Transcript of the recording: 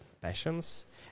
passions